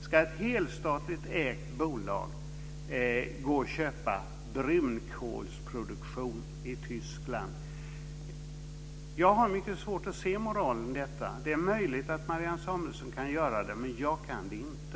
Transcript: Ska ett helstatligt bolag köpa brunkolsproduktion i Tyskland? Jag har mycket svårt att se moralen i det. Det är möjligt att Marianne Samuelsson kan göra det. Jag kan det inte.